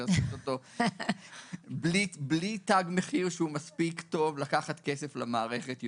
שעשית אותו בלי תג מחיר שהוא מספיק טוב להביא יותר כסף למערכת,